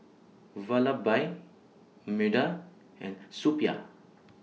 Vallabhbai Medha and Suppiah